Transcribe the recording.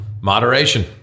moderation